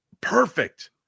Perfect